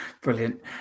brilliant